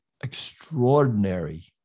extraordinary